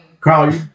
Carl